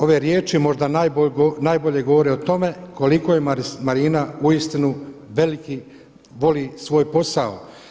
Ove riječi možda najbolje govore o tome koliko je Marina uistinu veliki, voli svoj posao.